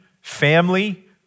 family